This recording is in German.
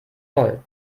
voll